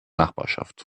nachbarschaft